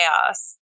chaos